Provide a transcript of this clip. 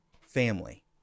family